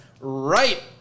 right